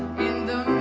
in the